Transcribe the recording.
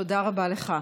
תודה רבה לך.